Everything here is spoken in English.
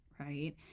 right